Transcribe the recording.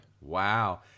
Wow